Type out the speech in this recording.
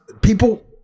People